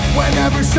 Whenever